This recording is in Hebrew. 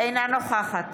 אינה נוכחת